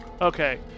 Okay